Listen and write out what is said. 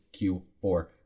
Q4